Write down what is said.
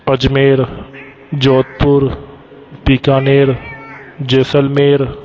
Ajmer Jodhpur Bikaner Jaisalmer